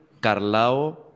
Carlao